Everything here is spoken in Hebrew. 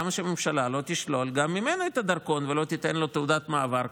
למה שהממשלה לא תשלול גם ממנו את הדרכון ולא תיתן לו תעודת מעבר,